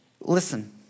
listen